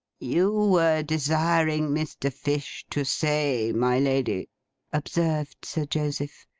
you were desiring mr. fish to say, my lady observed sir joseph.